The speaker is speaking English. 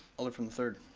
alder from the third.